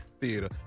Theater